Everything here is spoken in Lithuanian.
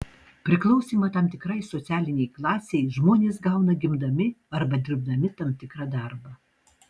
priklausymą tam tikrai socialinei klasei žmonės gauna gimdami arba dirbdami tam tikrą darbą